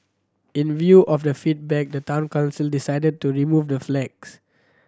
in view of the feedback the Town Council decided to remove the flags